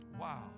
Wow